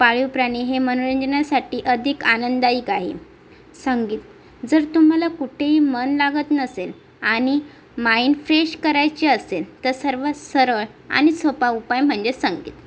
पाळीव प्राणी हे मनोरंजनासाठी अधिक आनंददायी आहे संगीत जर तुम्हाला कुठेही मन लागत नसेल आणि माइंड फ्रेश करायचे असेल तर सर्वात सरळ आणि सोपा उपाय म्हणजे संगीत